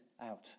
out